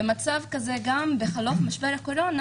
במצב כזה גם בחלוף משבר הקורונה,